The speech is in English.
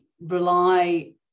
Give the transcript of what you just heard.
rely